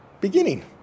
beginning